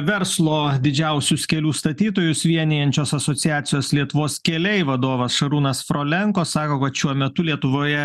verslo didžiausius kelių statytojus vienijančios asociacijos lietuvos keliai vadovas šarūnas frolenko sako kad šiuo metu lietuvoje